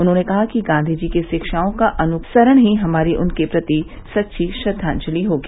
उन्होंने कहा कि गांधी जी के रिक्षाओं का अनुसरण ही हमारी उनके प्रति सच्ची श्रद्वाजलि होगी